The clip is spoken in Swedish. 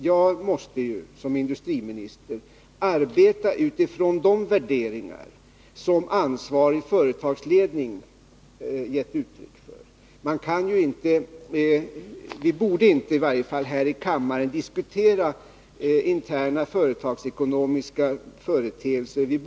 Jag måste ju som industriminister arbeta utifrån de värderingar som den ansvariga företagsledningen givit uttryck för. Vi borde inte här i kammaren diskutera företagets interna förhållanden.